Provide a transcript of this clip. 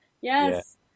yes